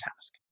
task